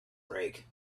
break